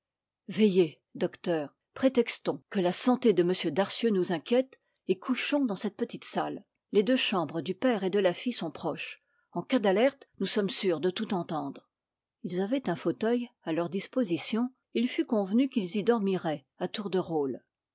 veiller docteur prétextons que la santé de m darcieux nous inquiète et couchons dans cette petite salle les deux chambres du père et de la fille sont proches en cas d'alerte nous sommes sûrs de tout entendre ils avaient un fauteuil à leur disposition il fut convenu qu'ils y dormiraient à tour de rôle